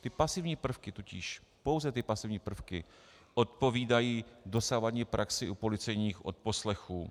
Ty pasivní prvky totiž, pouze ty pasivní prvky, odpovídají dosavadní praxi u policejních odposlechů.